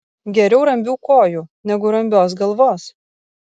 geriau rambių kojų negu rambios galvos